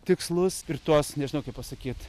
tikslus ir tuos nežinau kaip pasakyt